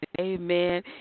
Amen